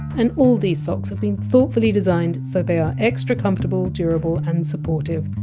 and all the socks have been thoughtfully designed so they are extra comfortable, durable and supportive.